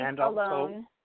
alone